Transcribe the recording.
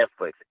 Netflix